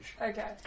Okay